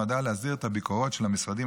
נועדה להסדיר את הביקורות של המשרדים